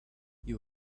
you